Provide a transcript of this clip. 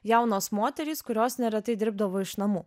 jaunos moterys kurios neretai dirbdavo iš namų